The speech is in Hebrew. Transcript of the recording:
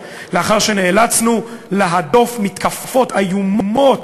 לאחר שנאלצנו להדוף מתקפות איומות,